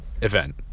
event